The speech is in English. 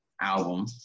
album